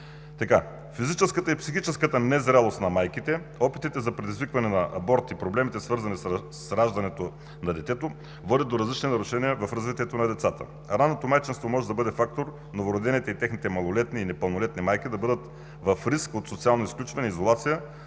г. Физическата и психическата незрялост на майките, опитите за предизвикване на аборт и проблемите, свързани с раждането на детето, води до различни нарушения в развитието на децата. Ранното майчинство може да бъде фактор новородените и техните малолетни и непълнолетни майки да бъдат в риск от социално изключване и изолация